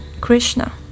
Krishna